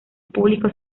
públicos